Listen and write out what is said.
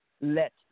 let